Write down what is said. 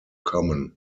common